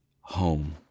home